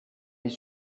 mes